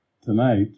tonight